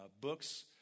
books